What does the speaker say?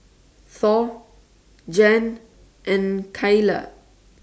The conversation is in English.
Thor Jann and Cayla